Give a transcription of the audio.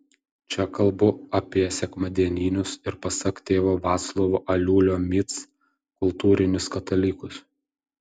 čia kalbu apie sekmadieninius ir pasak tėvo vaclovo aliulio mic kultūrinius katalikus